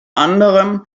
anderem